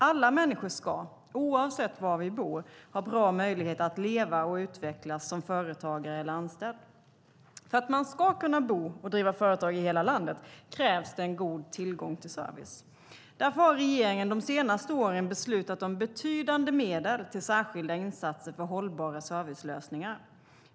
Alla människor ska, oavsett var vi bor, ha bra möjligheter att leva och utvecklas, som företagare eller anställd. För att man ska kunna bo och driva företag i hela landet krävs det en god tillgång till service. Därför har regeringen de senaste åren beslutat om betydande medel till särskilda insatser för hållbara servicelösningar.